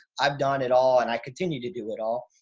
i've done it all and i continued to do it all.